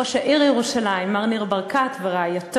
ראש העיר ירושלים מר ניר ברקת ורעייתו,